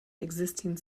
existing